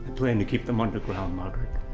plan to keep them underground, margaret.